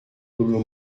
furono